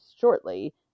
shortly